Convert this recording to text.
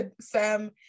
Sam